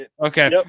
Okay